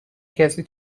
کسی